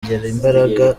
imbaraga